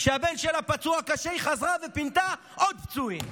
וכשהבן שלה פצוע קשה, היא חזרה ופינתה עוד פצועים.